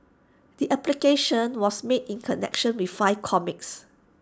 the application was made in connection with five comics